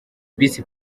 bisi